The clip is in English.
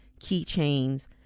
keychains